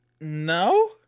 No